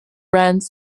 rents